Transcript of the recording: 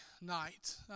night